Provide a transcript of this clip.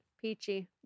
Peachy